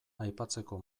aipatzeko